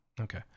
Okay